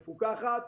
מפוקחת,